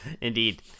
indeed